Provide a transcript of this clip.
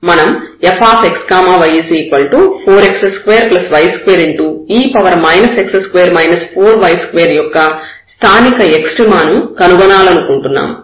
మనం fxy4x2y2e x2 4y2యొక్క స్థానిక ఎక్స్ట్రీమ ను కనుగొనాలనుకుంటున్నాము